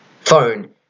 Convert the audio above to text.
phone